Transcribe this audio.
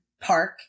Park